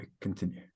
continue